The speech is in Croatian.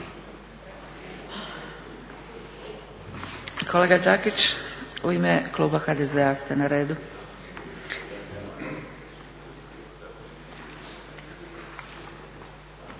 Kolega Đakić, u ime kluba HDZ-a ste na redu.